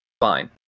Fine